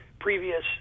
previous